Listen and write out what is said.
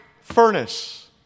furnace